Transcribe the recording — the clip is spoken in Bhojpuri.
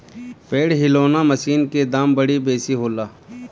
पेड़ हिलौना मशीन के दाम बड़ी बेसी होला